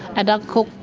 and uncle,